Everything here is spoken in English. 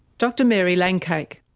dr mary langcake.